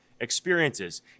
Experiences